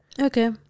okay